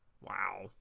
Wow